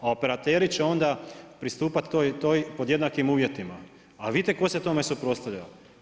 A operateri će onda pristupati tom po jednakom uvjetima, a vidite tko se tome suprotstavljao?